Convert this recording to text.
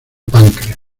páncreas